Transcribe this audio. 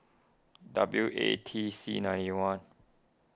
W A T C ninety one